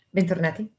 Bentornati